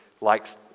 likes